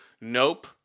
Nope